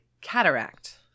cataract